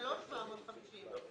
זה לא 750 מיליון שקלים.